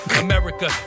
America